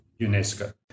UNESCO